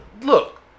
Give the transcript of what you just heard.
Look